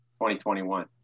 2021